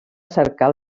cercar